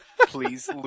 Please